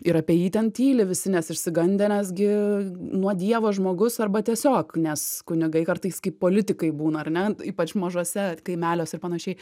ir apie jį ten tyli visi nes išsigandę nesgi nuo dievo žmogus arba tiesiog nes kunigai kartais kaip politikai būna ar ne ypač mažuose kaimeliuos ir panašiai